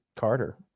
Carter